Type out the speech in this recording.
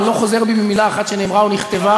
אבל אני לא חוזר בי ממילה אחת שנאמרה או נכתבה,